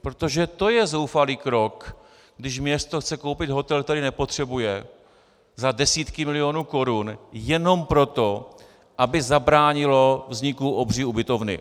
Protože to je zoufalý krok, když město chce koupit hotel, který nepotřebuje, za desítky milionů korun jenom proto, aby zabránilo vzniku obří ubytovny.